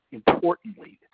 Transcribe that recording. importantly